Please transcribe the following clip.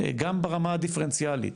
גם ברמה הדיפרנציאלית,